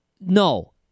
No